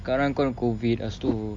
sekarang kan COVID lepas tu